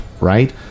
right